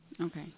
okay